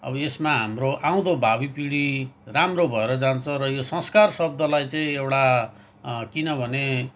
अब यसमा हाम्रो आउँदो भावीपिँढी राम्रो भएर जान्छ र यो संस्कार शब्दलाई चाहिँ एउटा किनभने